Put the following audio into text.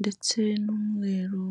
ndetse n'umweru.